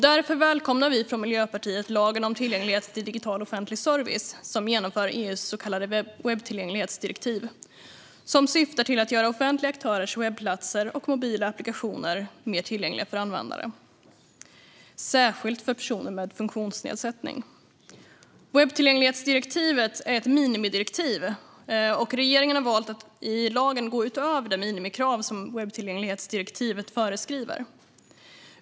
Därför välkomnar vi från Miljöpartiet lagen om tillgänglighet till digital offentlig service som genomför EU:s så kallade webbtillgänglighetsdirektiv, som syftar till att göra offentliga aktörers webbplatser och mobila applikationer mer tillgängliga för användare, särskilt för personer med funktionsnedsättning. Webbtillgänglighetsdirektivet är ett minimidirektiv, och regeringen har valt att i lagen gå utöver det minimikrav som webbtillgänglighetsdirektivet föreskriver.